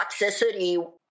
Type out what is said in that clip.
toxicity